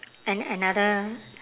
and another